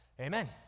Amen